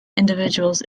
individuals